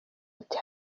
ati